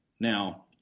Now